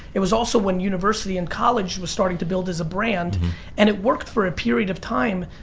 it was also when university and college was starting to build as a brand and it worked for a period of time,